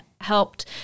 helped